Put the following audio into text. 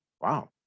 Wow